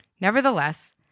Nevertheless